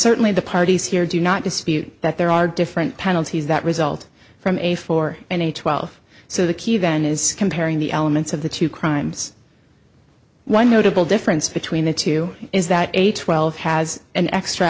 certainly the parties here do not dispute that there are different penalties that result from a four and a twelve so the key then is comparing the elements of the two crimes one notable difference between the two is that a twelve has an extra